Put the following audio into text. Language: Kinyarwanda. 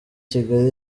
kigali